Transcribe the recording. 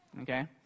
Okay